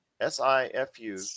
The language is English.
S-I-F-U